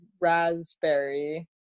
raspberry